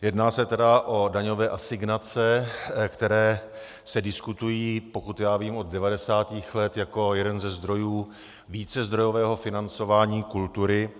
Jedná se tedy o daňové asignace, které se diskutují, pokud já vím, od devadesátých let jako jeden ze zdrojů vícezdrojového financování kultury.